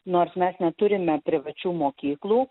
nors mes neturime privačių mokyklų